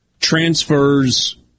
transfers